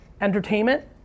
entertainment